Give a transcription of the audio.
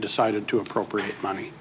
decided to appropriate money